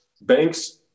banks